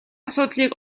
асуудлыг